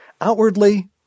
Outwardly